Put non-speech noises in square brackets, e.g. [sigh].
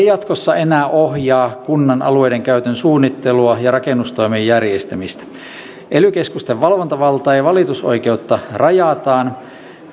[unintelligible] jatkossa enää ohjaa kunnan alueidenkäytön suunnittelua ja rakennustoimen järjestämistä ely keskusten valvontavaltaa ja valitusoikeutta rajataan